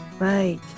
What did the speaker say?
Right